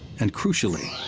and, crucially,